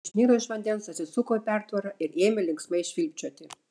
išniro iš vandens atsisuko į pertvarą ir ėmė linksmai švilpčioti